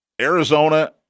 Arizona